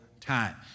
time